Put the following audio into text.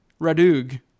Radug